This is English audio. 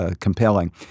Compelling